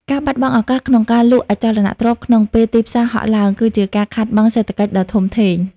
ការបាត់បង់ឱកាសក្នុងការលក់អចលនទ្រព្យក្នុងពេលទីផ្សារហក់ឡើង គឺជាការខាតបង់សេដ្ឋកិច្ចធំធេង។